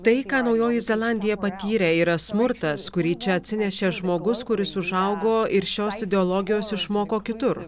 tai ką naujoji zelandija patyrė yra smurtas kurį čia atsinešė žmogus kuris užaugo ir šios ideologijos išmoko kitur